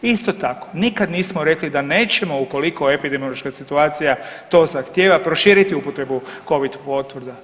Isto tako, nikad nismo rekli da nećemo ukoliko epidemiološka situacija to zahtjeva proširiti upotrebu Covid potvrda.